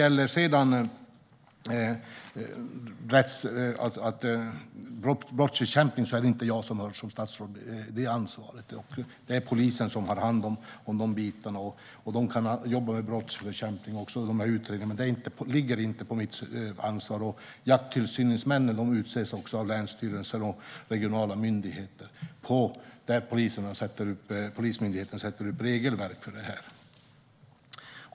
Som statsråd har jag inte ansvar för brottsbekämpning. Det är polisen som har hand om utredningar och brottsbekämpning. Jakttillsyningsmännen utses av länsstyrelserna och regionala myndigheter. Det är Polismyndigheten som sätter upp regelverket.